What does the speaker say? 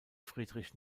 friedrich